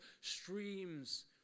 streams